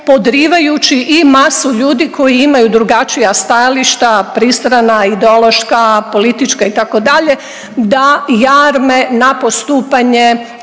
podrivajući i masu ljudi koji imaju drugačija stajališta pristrana, ideološka, politička itd. da jarme na postupanje